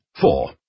Four